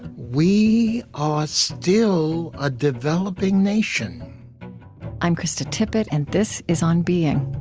we are still a developing nation i'm krista tippett, and this is on being